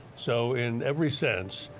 so in every sense,